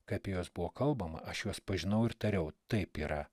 ką apie juos buvo kalbama aš juos pažinau ir tariau taip yra